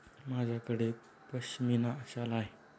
माझ्याकडे पश्मीना शाल आहे